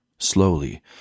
Slowly